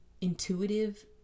intuitive